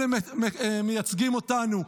אלה מייצגים אותנו,